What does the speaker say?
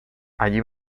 allí